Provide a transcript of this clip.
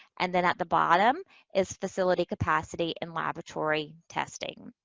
and then at the bottom is facility capacity and laboratory testing.